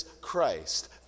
Christ